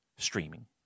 Streaming